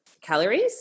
calories